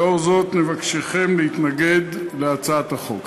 לאור זאת, נבקשכם להתנגד להצעת החוק.